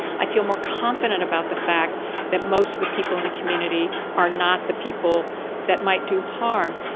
i feel more confident about the fact that most of the people in the community are not the people that might do harm.